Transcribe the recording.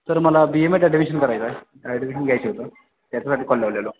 sir मला B एमध्ये admission करायचं आहे ॲडमिशन घ्यायचं होतं त्याच्यासाठी कॉल लावलेला